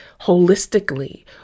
holistically